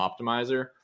optimizer